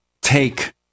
take